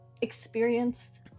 experienced